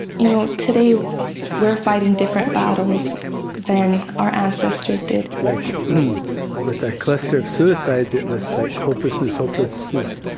you know, today we're fighting different battles than our ancestors did. like with our cluster of suicides, it was like hopelessness, hopelessness,